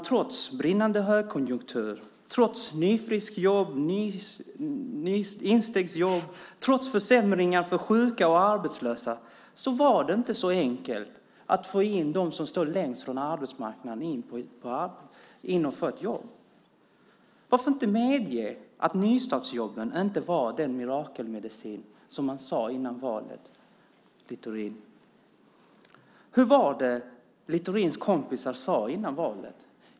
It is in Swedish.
Trots brinnande högkonjunktur, nyfriskjobb och instegsjobb, trots försämringar för sjuka och arbetslösa var det inte så enkelt att få in dem som står längst från arbetsmarknaden på ett jobb. Varför inte medge att nystartsjobben inte var den mirakelmedicin som man sade före valet, Littorin? Hur var det Littorins kompisar sade före valet?